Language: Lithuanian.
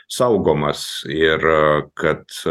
saugomas ir kad